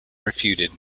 refuted